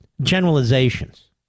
generalizations